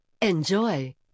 Enjoy